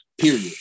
period